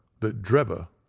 that drebber,